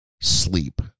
sleep